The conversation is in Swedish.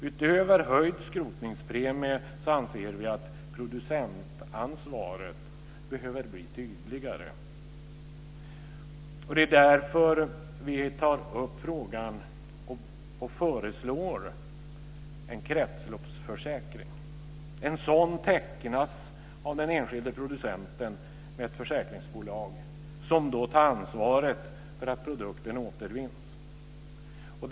Utöver höjd skrotningspremie anser vi att producentansvaret behöver bli tydligare. Det är därför vi tar upp frågan och föreslår en kretsloppsförsäkring. En sådan tecknas av den enskilde producenten med ett försäkringsbolag som då tar ansvaret för att produkten återvinns.